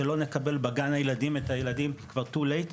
שלא נקבל בגן הילדים את הילדים כבר טו לייט.